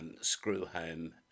screw-home